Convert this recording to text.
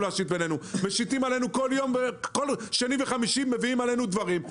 משיתים עלינו כל יום שני וחמישי דברים,